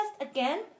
again